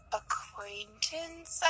acquaintance